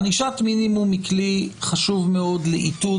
ענישת מינימום היא כלי חשוב מאוד לאיתות